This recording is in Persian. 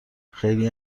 خیلی